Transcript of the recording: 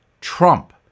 Trump